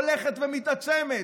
הולכת ומתעצמת.